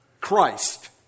Christ